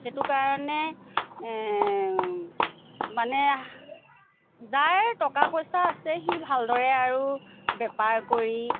সেইটো কাৰণে মানে যাৰ টকা পইচা আছে সি ভালদৰে আৰু বেপাৰ কৰি